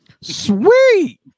Sweet